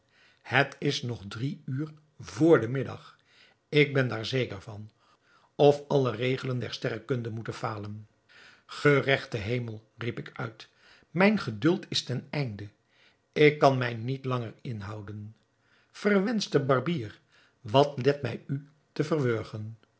het is nog drie uur vr den middag ik ben daar zeker van of alle regelen der sterrekunde moeten falen geregte hemel riep ik uit mijn geduld is ten einde ik kan mij niet langer inhouden verwenschte barbier wat let mij u te verwurgen